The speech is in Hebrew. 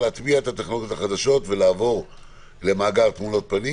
שניתן להטמיע את הטכנולוגיות החדשות ולעבור למאגר תמונות פנים,